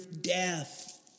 death